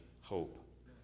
hope